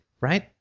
right